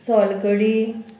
सोलकडी